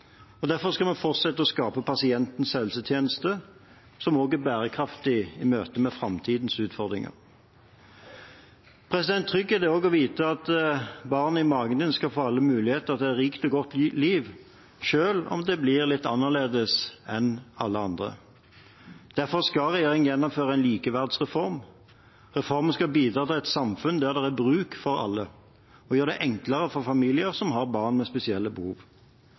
politifolk. Derfor skal vi fortsette å skape pasientens helsetjeneste, som er bærekraftig i møte med framtidens utfordringer. Trygghet er også å vite at barnet i magen din skal få alle muligheter til et rikt og godt liv, selv om det blir litt annerledes enn alle andre. Derfor skal regjeringen gjennomføre en likeverdsreform. Reformen skal bidra til et samfunn der det er bruk for alle, og gjøre det enklere for familier som har barn med spesielle behov.